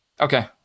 Okay